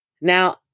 Now